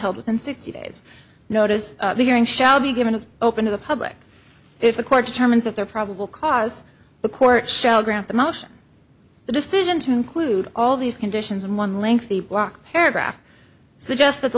held within sixty days notice the hearing shall be given to open to the public if a court determines that their probable cause the court show grant the motion the decision to include all these conditions and one lengthy block paragraph suggests that the